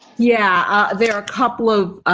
yeah, there are a couple of.